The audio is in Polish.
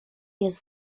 jest